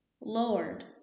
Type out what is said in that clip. Lord